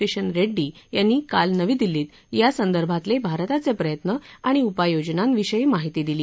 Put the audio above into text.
किशन रेड्डी यांनी काल नवी दिल्लीत यासंदर्भांतले भारताचे प्रयत्न आणि उपाययोजनांविषयी माहिती दिली